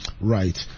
Right